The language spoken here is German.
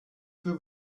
für